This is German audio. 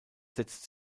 setzt